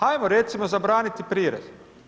Ajmo recimo zabraniti prirez.